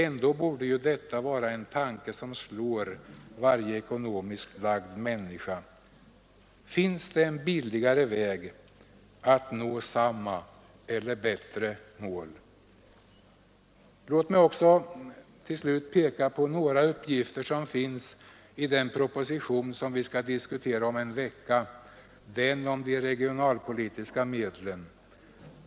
Ändå borde ju det vara en tanke som slår varje ekonomiskt lagd människa: Finns det en billigare väg att nå samma eller bättre mål? Låt mig till slut peka på några uppgifter som finns i den proposition som vi skall diskutera om en vecka — den om de regionalpolitiska medlen.